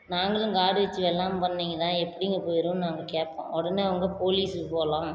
நாங்களும் காடு வச்சு வெள்ளாமை பண்ணவங்க தான் எப்படிங்க போயிடுவோன்னு நாங்கள் கேட்போம் உடனே அவங்க போலீஸுக்கு போகலாம்